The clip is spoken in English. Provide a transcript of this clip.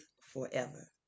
forever